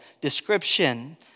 description